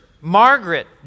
Margaret